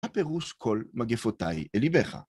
הפירוש כל מגפותיי אליבך.